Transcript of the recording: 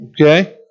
Okay